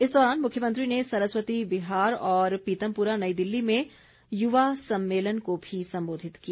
इस दौरान मुख्यमंत्री ने सरस्वती बिहार और पीतमपुरा नई दिल्ली में युवा सम्मेलन को भी संबोधित किया